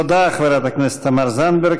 תודה, חברת הכנסת תמר זנדברג.